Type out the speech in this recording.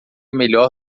melhor